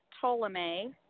Ptolemy